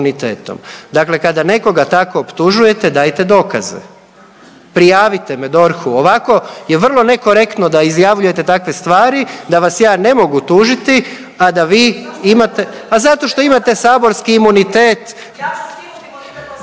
Dakle, kada nekoga tako optužujete dajte dokaze. Prijavite me DORH-u. Ovako je vrlo nekorektno da izjavljujete takve stvari, da vas ja ne mogu tužiti, a da vi imate … …/Upadica se ne razumije./ … A zato